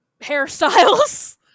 hairstyles